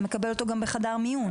אתה מקבל אותו גם בחדר מיון.